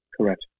Correct